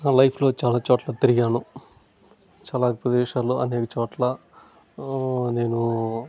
నా లైఫ్లో చాలా చోట్ల తిరిగాను చాలా ప్రదేశాల్లో అనేక చోట్ల నేనూ